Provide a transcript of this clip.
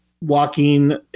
walking